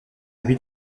huit